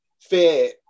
fear